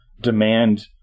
demand